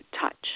touch